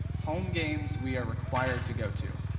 home games we are required to go to.